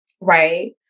Right